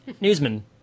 Newsman